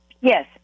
Yes